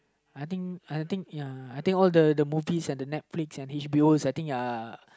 I think I think ya I think all the the movies and the Netflix and the HBO I think ya